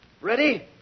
Ready